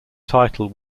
title